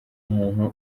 umuntu